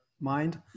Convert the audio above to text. mind